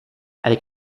avec